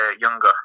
younger